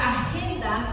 agenda